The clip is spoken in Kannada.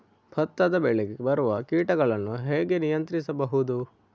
ಭತ್ತದ ಬೆಳೆಗೆ ಬರುವ ಕೀಟಗಳನ್ನು ಹೇಗೆ ನಿಯಂತ್ರಿಸಬಹುದು?